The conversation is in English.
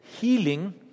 healing